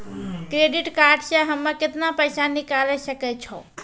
Credit card से हम्मे केतना पैसा निकाले सकै छौ?